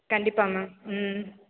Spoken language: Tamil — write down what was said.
கண்டிப்பாக மேம் ம்ம்